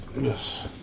Yes